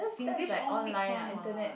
singlish all mix one what